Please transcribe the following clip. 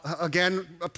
again